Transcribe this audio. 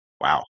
wow